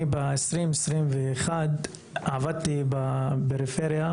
ב-2021 עבדתי בפריפריה,